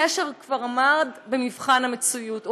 הקשר כבר עמד במבחן המציאות,